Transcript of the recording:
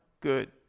good